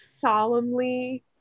solemnly